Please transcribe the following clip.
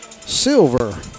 silver